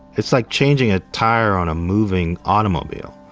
it's like changing a tire on a moving automobile.